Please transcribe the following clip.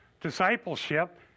discipleship